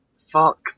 Fuck